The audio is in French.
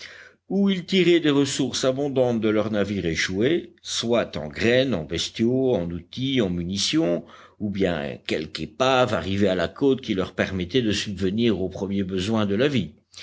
ou ils tiraient des ressources abondantes de leur navire échoué soit en graines en bestiaux en outils en munitions ou bien quelque épave arrivait à la côte qui leur permettait de subvenir aux premiers besoins de la vie